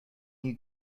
you